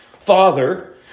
father